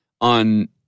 on